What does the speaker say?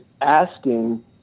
asking